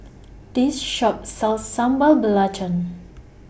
This Shop sells Sambal Belacan